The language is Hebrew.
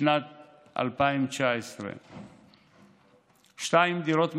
לשנת 2019. 2. דירות מעבר,